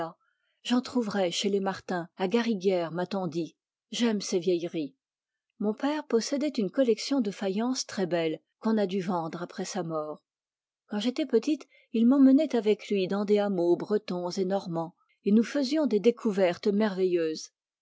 j'en trouverai chez les martin à gariguières mat on dit j'aime ces vieilleries mon père possédait une collection de faïences très belles qu'on a dû vendre après sa mort quand j'étais petite il m'emmenait avec lui dans des hameaux bretons et normands et nous faisions des découvertes merveilleuses